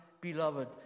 beloved